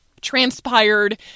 transpired